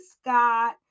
scott